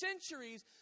centuries